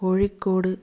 Kozhikode